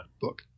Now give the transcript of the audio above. book